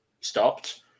stopped